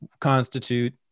constitute